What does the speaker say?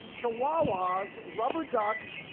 chihuahua's rubber ducks,